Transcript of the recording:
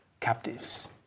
captives